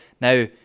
Now